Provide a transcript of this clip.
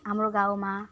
हाम्रो गाउँमा